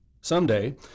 Someday